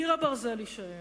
קיר הברזל יישאר,